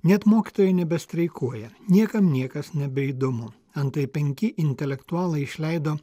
net mokytojai nebestreikuoja niekam niekas nebeįdomu antai penki intelektualai išleido